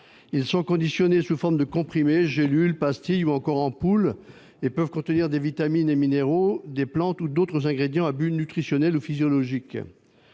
Ils sont conditionnés sous forme de comprimés, de gélules, de pastilles ou encore d'ampoules et peuvent contenir des vitamines et minéraux, des plantes ou d'autres ingrédients à but nutritionnel ou physiologique.